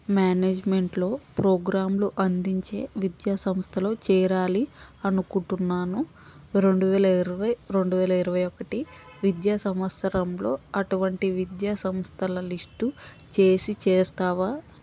మేనేజ్మెంట్లో ప్రోగ్రాంలు అందించే విద్యా సంస్థలో చేరాలి అనుకుంటున్నాను రెండు వేల ఇరవై రెండు వేల ఇరవై ఒకటి విద్యా సంవత్సరంలో అటువంటి విద్యా సంస్థల లిస్టు చేసి చేస్తావా